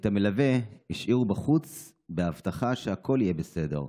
את המלווה השאירו בחוץ בהבטחה שהכול יהיה בסדר.